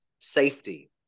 safety